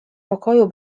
pokoju